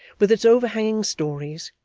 with its overhanging stories,